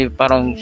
parang